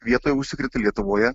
vietoj užsikrėtė lietuvoje